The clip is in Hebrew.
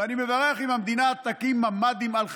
ואני מברך אם המדינה תקים ממ"דים על חשבונה,